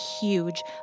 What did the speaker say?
huge